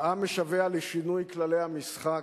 העם משווע לשינוי כללי המשחק,